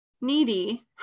needy